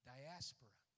Diaspora